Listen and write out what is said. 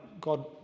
God